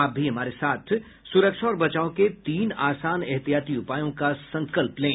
आप भी हमारे साथ सुरक्षा और बचाव के तीन आसान एहतियाती उपायों का संकल्प लें